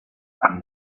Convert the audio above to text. and